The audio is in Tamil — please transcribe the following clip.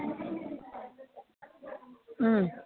ம்